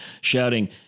shouting